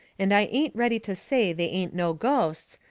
and i ain't ready to say they ain't no ghosts,